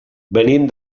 venim